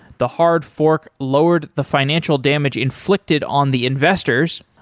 the hard fork lowered the financial damage inflicted on the investors,